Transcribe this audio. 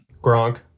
Gronk